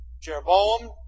Jeroboam